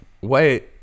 Wait